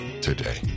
today